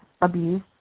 abuse